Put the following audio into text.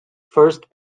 first